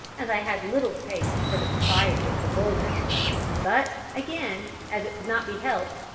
as i had little taste for the society of the vulgar but, again, as it could not be helped,